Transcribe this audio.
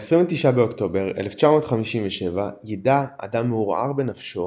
ב-29 באוקטובר 1957 יידה אדם מעורער בנפשו